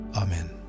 Amen